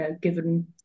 given